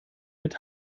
mit